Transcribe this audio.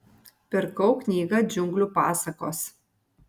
pirkau knygą džiunglių pasakos